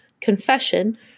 Confession